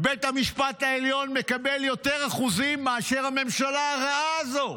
בית המשפט העליון מקבל יותר אחוזים מאשר הממשלה הרעה הזו,